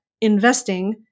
investing